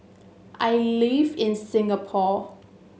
I live in Singapore